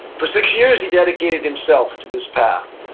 for six years, he dedicated himself to this path,